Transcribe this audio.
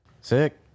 sick